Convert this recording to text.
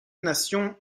nation